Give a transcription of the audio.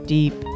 Deep